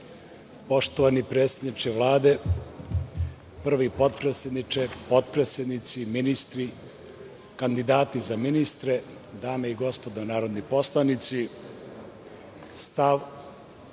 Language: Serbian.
Poštovani predsedniče Vlade, prvi potpredsedniče, potpredsednici ministri, kandidati za ministre, dame i gospodo narodni poslanici, stav